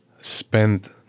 spend